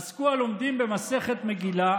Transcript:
עסקו הלומדים במסכת מגילה.